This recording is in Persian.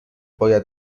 باید